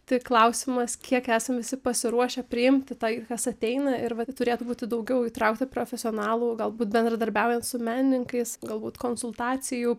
tik klausimas kiek esam visi pasiruošę priimti tai kas ateina ir vat turėtų būti daugiau įtraukti profesionalų galbūt bendradarbiaujant su menininkais galbūt konsultacijų